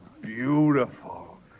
beautiful